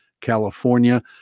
California